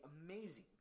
amazing